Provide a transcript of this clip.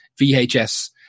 VHS